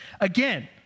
Again